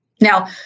Now